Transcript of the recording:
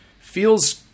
feels